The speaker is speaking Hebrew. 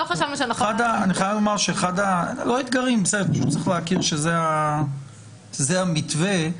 צריך להכיר שזה המתווה.